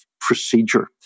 procedure